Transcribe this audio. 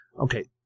Okay